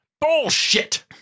Bullshit